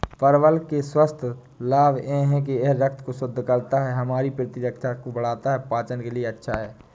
परवल के स्वास्थ्य लाभ यह हैं कि यह रक्त को शुद्ध करता है, हमारी प्रतिरक्षा को बढ़ाता है, पाचन के लिए अच्छा है